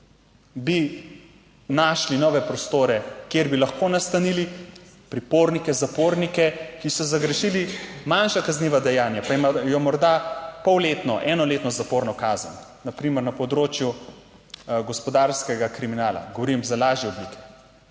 bi našli nove prostore, kjer bi lahko nastanili pripornike, zapornike, ki so zagrešili manjša kazniva dejanja, pa imajo morda pol letno, enoletno zaporno kazen, na primer na področju gospodarskega kriminala, govorim za lažje oblike,